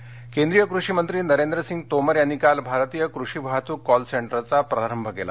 कृषी कॉलसेंटर केंद्रीय कृषीमंत्री नरेंद्रसिंग तोमर यांनी काल भारतीय कृषी वाहतूक कॉलसेंटरचा प्रारंभ केला